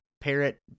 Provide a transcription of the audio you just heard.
parrot